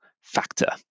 factor